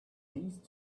these